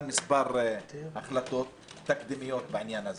אני יכול